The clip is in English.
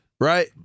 right